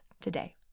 today